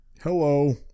Hello